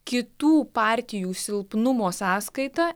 kitų partijų silpnumo sąskaita